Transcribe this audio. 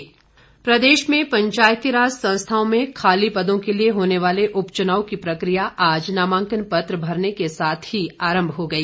पंचायत चुनाव प्रदेश में पंचायतीराज संस्थाओं में खाली पदों के लिए होने वाले उपचुनाव की प्रकिया आज नामांकन पत्र भरने के साथ ही आरंभ हो गई